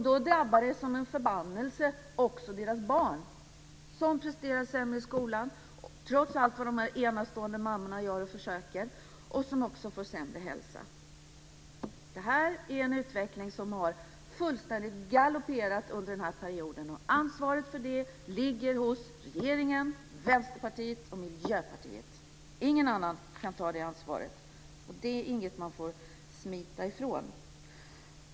Då drabbar det som en förbannelse också deras barn, som presterar sämre i skolan trots allt vad dessa enastående mammor försöker göra - och de får sämre hälsa. Det här är en utveckling som har fullständigt galopperat fram under denna period. Ansvaret för det ligger hos regeringen, Vänsterpartiet och Miljöpartiet. Ingen annan kan ta det ansvaret. Det är inget man får smita ifrån.